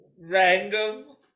Random